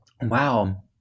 Wow